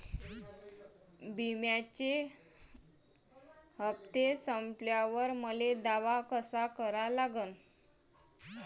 बिम्याचे हप्ते संपल्यावर मले दावा कसा करा लागन?